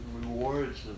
rewards